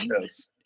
Yes